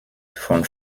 von